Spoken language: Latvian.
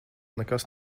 nekas